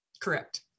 Correct